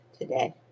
today